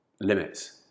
limits